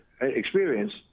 experience